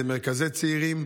מרכזי צעירים.